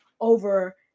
over